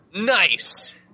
Nice